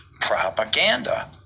propaganda